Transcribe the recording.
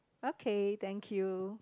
okay thank you